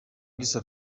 gisa